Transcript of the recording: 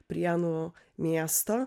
prienų miesto